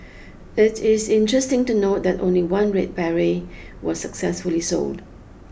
it is interesting to note that only one red beret was successfully sold